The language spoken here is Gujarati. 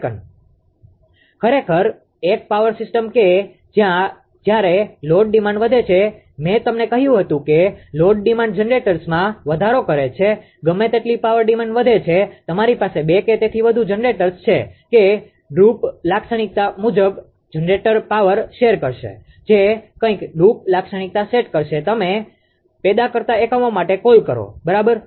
ખરેખર એક પાવર સિસ્ટમ કે જ્યારે લોડ ડિમાન્ડ વધે છે મેં તમને કહ્યું હતું કે લોડ ડિમાન્ડ જનરેટર્સમાં વધારો કરે છે ગમે તેટલી પાવર ડિમાન્ડ વધે છે તમારી પાસે બે કે તેથી વધુ જનરેટર્સ છે કે ડ્રૂપ લાક્ષણિકતા મુજબ જનરેટર પાવર શેર કરશે જે કંઇક ડ્રૂપ લાક્ષણિકતા સેટ કરશે તમે પેદા કરતા એકમો માટે કોલ કરો બરાબર